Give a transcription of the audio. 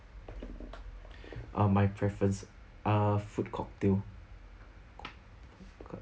ah my preference ah food cocktail